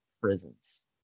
prisons